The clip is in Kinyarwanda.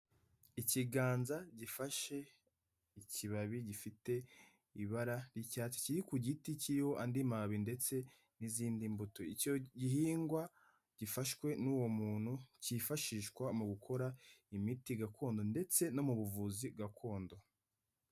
Ikiganza gifashe ikibabi gifite ibara ry'icyatsi kiri ku giti kiriho andi mababi ndetse n'izindi mbuto; icyo gihingwa gifashwe n'uwo muntu, cyifashishwa mu gukora imiti gakondo ndetse no mu buvuzi gakondo.